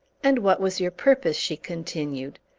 and what was your purpose? she continued.